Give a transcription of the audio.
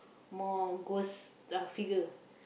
more ghost uh figure